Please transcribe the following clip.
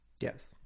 Yes